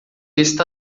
está